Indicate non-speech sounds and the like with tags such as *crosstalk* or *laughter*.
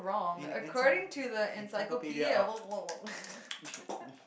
en~ encyclopedia of *noise*